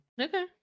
Okay